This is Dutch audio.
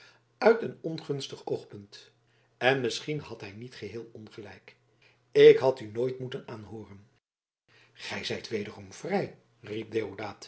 uit een ongunstig oogpunt en misschien had hij niet geheel ongelijk ik had u nooit moeten aanhooren gij zijt wederom vrij riep